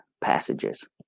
passages